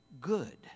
good